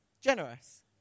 generous